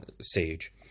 sage